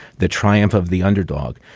the triumph of the underdog.